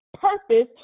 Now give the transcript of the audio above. purpose